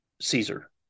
Caesar